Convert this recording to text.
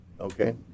Okay